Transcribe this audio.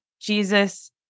Jesus